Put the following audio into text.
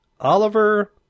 Oliver